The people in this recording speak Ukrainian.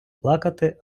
плакати